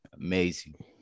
amazing